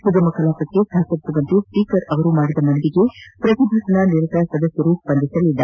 ಸುಗಮ ಕಲಾಪಕ್ಕೆ ಸಹಕರಿಸುವಂತೆ ಸ್ವೀಕರ್ ಮಾಡಿದ ಮನವಿಗೆ ಪ್ರತಿಭಟನಾ ನಿರತರು ಸ್ಪಂದಿಸಲಿಲ್ಲ